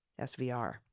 SVR